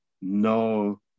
no